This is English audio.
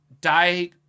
die